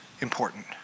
important